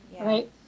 right